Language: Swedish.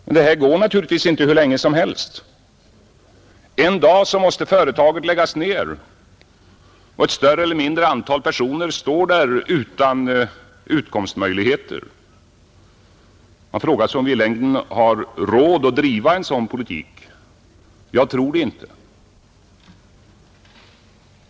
Detta kan naturligtvis inte fortsätta hur länge som helst. En dag måste företaget läggas ned, och ett större eller mindre antal människor står där utan inkomstmöjligheter. Man frågar sig, om vi i längden har råd att driva en sådan politik. Jag tror det inte.